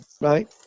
right